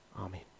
Amen